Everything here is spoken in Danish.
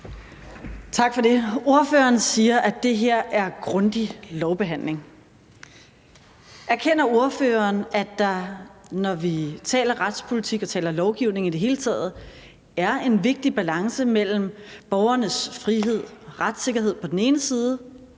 Tak for det. Ordføreren siger, at det her er grundig lovbehandling. Erkender ordføreren, at der, når vi taler om retspolitik og om lovgivning i det hele taget, er en vigtig balance mellem borgernes frihed og retssikkerhed på den ene side